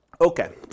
Okay